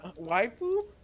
waifu